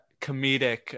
comedic